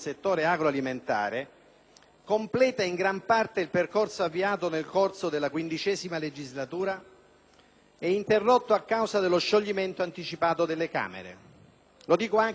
completa in gran parte il percorso avviato nel corso della XV legislatura ed interrotto a causa dello scioglimento anticipato delle Camere. Lo dico anche ai colleghi della Lega: